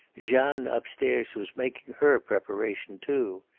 jeanne upstairs was making her preparation too.